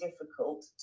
difficult